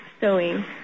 sewing